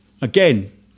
again